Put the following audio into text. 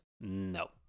No